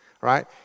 right